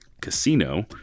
casino